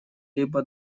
либо